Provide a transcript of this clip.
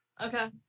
Okay